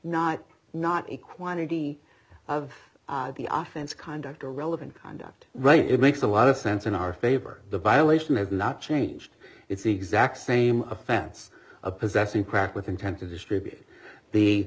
offense not a quantity of the office conduct or relevant conduct right it makes a lot of sense in our favor the violation have not changed it's the exact same offense of possessing crack with intent to distribute the